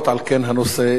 מסדר-היום.